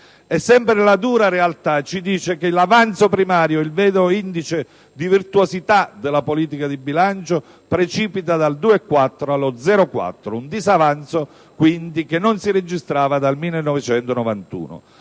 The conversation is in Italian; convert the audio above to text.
Sempre la dura realtà ci dice che l'avanzo primario, il vero indice di virtuosità della politica di bilancio, precipita dal 2,4 per cento del PIL allo 0,4: un livello che non si registrava dal 1991.